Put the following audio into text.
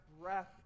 breath